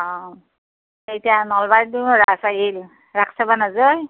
অ এতিয়া নলবাৰীতো ৰাস আহিল ৰাস চাব নাযায়